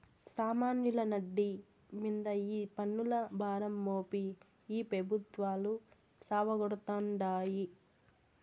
సామాన్యుల నడ్డి మింద ఈ పన్నుల భారం మోపి ఈ పెబుత్వాలు సావగొడతాండాయి